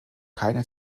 keine